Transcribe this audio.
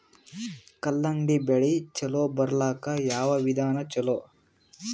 ಕಲ್ಲಂಗಡಿ ಬೆಳಿ ಚಲೋ ಬರಲಾಕ ಯಾವ ವಿಧಾನ ಚಲೋ?